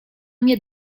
mnie